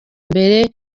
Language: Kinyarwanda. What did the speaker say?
mbere